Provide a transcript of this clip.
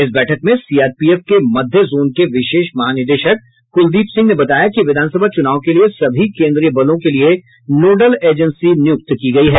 इस बैठक में सीआरपीएफ के मध्य जोन के विशेष महानिदेशक कुलदीप सिंह ने बताया कि विधानसभा चुनाव के लिए सभी केन्द्रीय बलों के लिए नोडल एजेंसी नियुक्त किया गया है